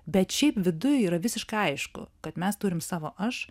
bet šiaip viduj yra visiškai aišku kad mes turime savo aš